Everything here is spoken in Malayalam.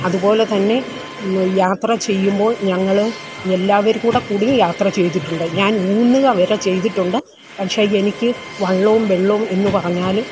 അത്പോലെ തന്നെ യാത്ര ചെയ്യുമ്പോൾ ഞങ്ങൾ എല്ലാവരും കൂടെ കൂടിയും യാത്ര ചെയ്തിട്ടുണ്ട് ഞാൻ മുങ്ങുക വരെ ചെയ്തിട്ടുണ്ട് പക്ഷേ എനിക്ക് വള്ളവും വെള്ളവും എന്ന് പറഞ്ഞാൽ